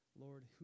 Lord